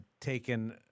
taken